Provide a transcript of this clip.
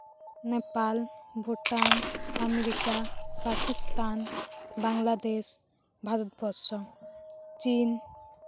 Nepal Bhutan America Pakistan Bangladesh Bharatvarsha ᱪᱤᱱ